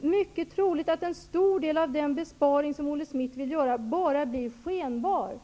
mycket troligt att en stor del av den besparing som Olle Schmidt vill göra bara blir skenbar.